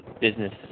business